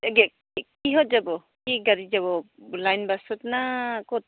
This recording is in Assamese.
কিহঁত যাব কি গাড়ীত যাব লাইন বাছত না ক'ত